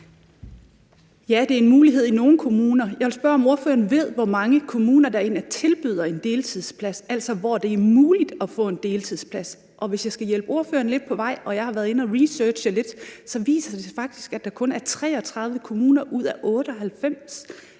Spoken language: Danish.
Ja, det er en mulighed i nogle kommuner. Jeg vil spørge, om ordføreren ved, hvor mange kommuner der egentlig tilbyder en deltidsplads, altså hvor det er muligt at få en deltidsplads. Og hvis jeg skal hjælpe ordføreren lidt på vej – jeg har været inde at researche lidt – så viser det sig faktisk, at det kun er 33 kommuner ud af 98,